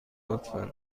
لطفا